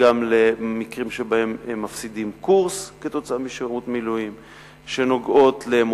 גם למקרים שבהם הם מפסידים קורס כתוצאה משירות מילואים,